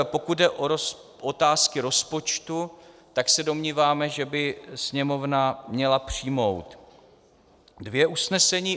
Pokud jde o otázky rozpočtu, tak se domníváme, že by Sněmovna měla přijmout dvě usnesení.